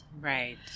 right